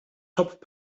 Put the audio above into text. top